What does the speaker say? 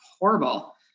horrible